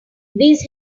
these